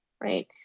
Right